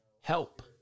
help